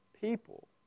people